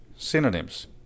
Synonyms